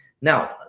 Now